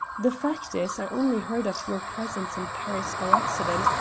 the fact is, i only heard of your presence in paris by accident,